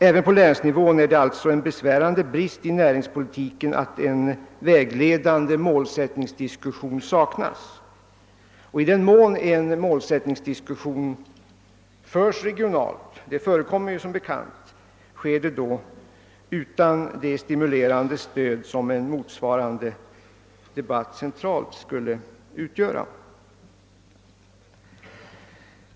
Även på länsnivån är det alltså en besvärande brist i näringspolitiken att en vägledande målsättningsdiskussion saknas, I den mån en målsättningsdiskussion förs regionalt — det förekommer ju som bekant — sker det utan det stimulerande stöd som en motsvarande dehatt centralt skulle ge.